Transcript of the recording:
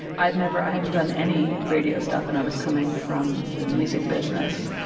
i had never i hadn't done any radio stuff. and i was coming from the music business.